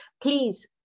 please